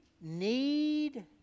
need